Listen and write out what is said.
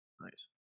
Nice